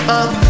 up